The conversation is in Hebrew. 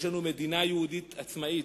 יש לנו מדינה יהודית עצמאית.